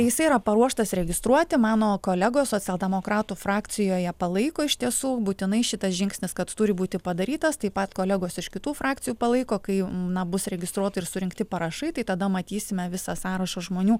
jisai yra paruoštas registruoti mano kolegos socialdemokratų frakcijoje palaiko iš tiesų būtinai šitas žingsnis kad turi būti padarytas taip pat kolegos iš kitų frakcijų palaiko kai na bus registruota ir surinkti parašai tai tada matysime visą sąrašą žmonių